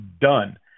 done